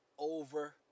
Over